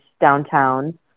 downtown